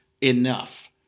enough